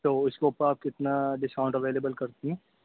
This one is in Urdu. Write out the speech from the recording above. تو اس کے اوپر آپ کتنا ڈسکاؤنٹ اویلیبل کرتی ہیں